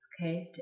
okay